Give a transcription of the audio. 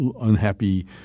unhappy